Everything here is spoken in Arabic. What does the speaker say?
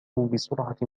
بسرعة